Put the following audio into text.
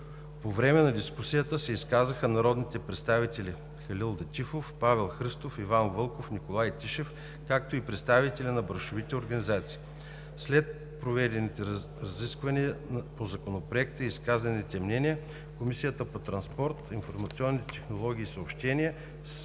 По време на дискусията се изказаха народните представители: Халил Летифов, Павел Христов, Иван Вълков, Николай Тишев, както и представители на браншовите организации. След проведените разисквания по Законопроекта и изказаните мнения Комисията по транспорт, информационни технологии и съобщения с